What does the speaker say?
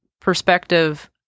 perspective